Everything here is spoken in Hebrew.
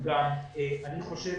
אני חושב